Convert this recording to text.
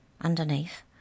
Underneath